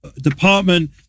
department